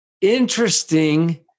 Interesting